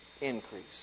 increase